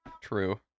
true